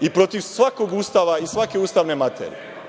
i protiv svakog Ustava i svake ustavne materije. Dakle,